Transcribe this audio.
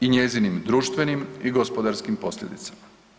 i njezinim društvenim i gospodarskim posljedicama.